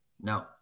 No